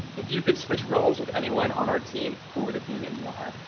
if you could switch roles with anyone on our team, who would it be and why?